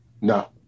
No